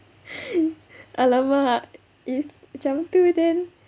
!alamak! if macam tu then